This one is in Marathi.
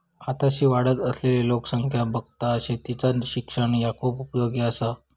आताशी वाढत असलली लोकसंख्या बघता शेतीचा शिक्षण ह्या खूप उपयोगी आसा